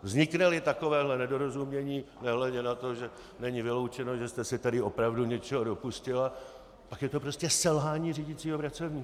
Vznikneli takovéhle nedorozumění, nehledě na to, že není vyloučeno, že jste se tedy opravdu něčeho dopustila, pak je to prostě selhání řídícího pracovníka.